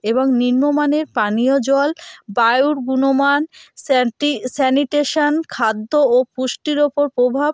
এবং নিম্নমানের পানীয় জল বায়ুর গুণমান স্যান্টি স্যানিটেশান খাদ্য ও পুষ্টির ওপর প্রভাব